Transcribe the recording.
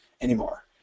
anymore